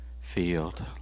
field